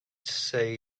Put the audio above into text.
say